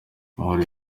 mahoro